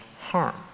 harm